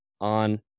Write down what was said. on